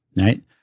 right